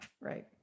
right